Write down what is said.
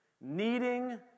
needing